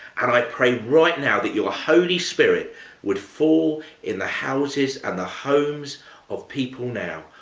and i pray right now that your holy spirit would fall in the houses and the homes of people now,